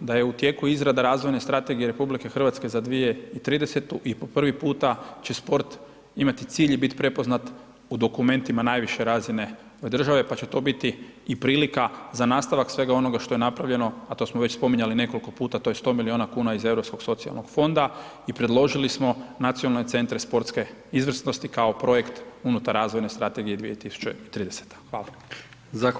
da je u tijeku izrada razvojne strategije RH za 2030. i po prvi puta će sport imat cilj i biti prepoznat u dokumentima najviše razine države pa će to biti i prilika za nastavak svega onoga što je napravljeno a to smo već spominjali nekoliko, to je 100 milijuna kuna iz Europskog socijalnog fonda i predložili nacionalne centre sportske izvrsnosti kao projekt unutar razvojne strategije 2030., hvala.